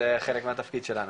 זה חלק מהתפקיד שלנו.